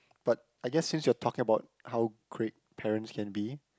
but I guess since you are talking about how great parents can be